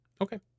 Okay